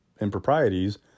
improprieties